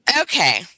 okay